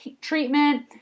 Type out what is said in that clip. treatment